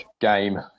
game